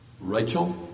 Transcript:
Rachel